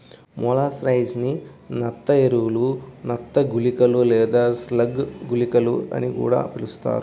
molluscicides ని నత్త ఎరలు, నత్త గుళికలు లేదా స్లగ్ గుళికలు అని కూడా పిలుస్తారు